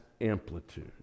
amplitude